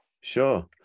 Sure